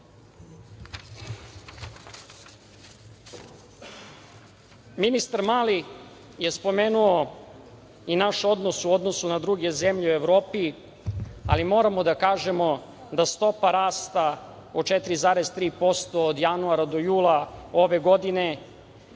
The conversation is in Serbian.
Srbiji. Ministar Mali je spomenuo i naš odnos u odnosu na druge zemlje u Evropi, ali moramo da kažemo da stopa rasta od 4,3% od januara do jula ove godine